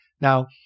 Now